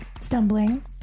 stumbling